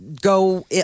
go